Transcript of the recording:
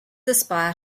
aspire